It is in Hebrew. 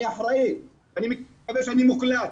אני אחראי, אני מקווה שאני מוקלט,